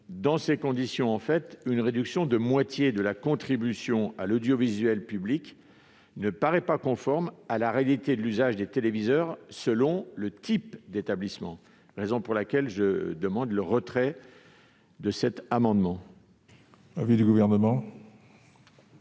Dans ces conditions, une réduction de moitié de la contribution à l'audiovisuel public ne paraît pas conforme à la réalité de l'usage des téléviseurs selon le type d'établissement. C'est pourquoi je demande le retrait de cet amendement.